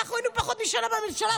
אנחנו היינו פחות משנה בממשלה,